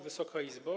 Wysoka Izbo!